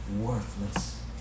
worthless